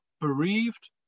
bereaved